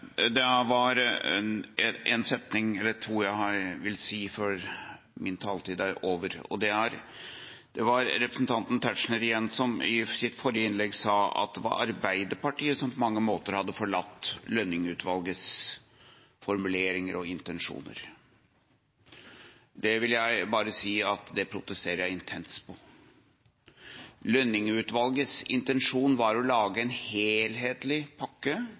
Det var representanten Tetzschner – igjen – som i sitt forrige innlegg sa at det var Arbeiderpartiet som på mange måter hadde forlatt Lønning-utvalgets formuleringer og intensjoner. Det protesterer jeg intenst på. Lønning-utvalgets intensjon var å lage en helhetlig pakke